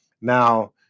Now